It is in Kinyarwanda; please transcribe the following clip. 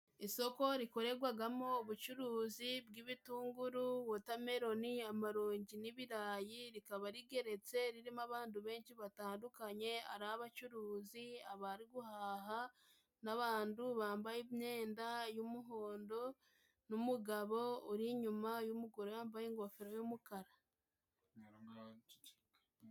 Isoko rikoregwagamo ubucuruzi bw'ibitunguru, watemeroni, amaronji n'ibirayi, rikaba rigeretse ririmo abantu benshi batandukanye, ari abacuruzi, abari guhaha, n'abantu bambaye imyenda y'umuhondo n'umugabo uri inyuma y'umugore wambaye ingofero y'umukara.